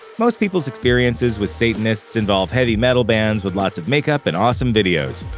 most people's experiences with satanists involve heavy metal bands with lots of makeup and awesome videos.